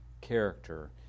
character